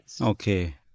Okay